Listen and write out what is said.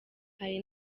hari